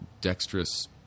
dexterous